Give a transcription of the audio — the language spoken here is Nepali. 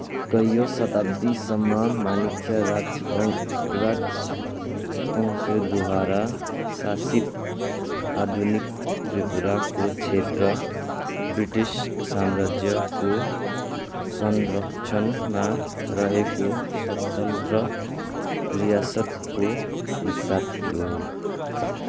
कैयौँ शताब्दीसम्म माणिक्य राजवंश राजवंशद्वारा शासित आधुनिक त्रिपुराको क्षेत्र ब्रिटिस साम्राज्यको संरक्षणमा रहेको स्वतन्त्र रियासतको हिस्सा थियो